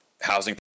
housing